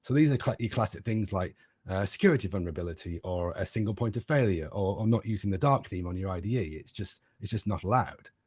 so these like are classic things like security vulnerability, or a single point of failure, or not using the dark theme on your ide yeah it's just it's just not allowed.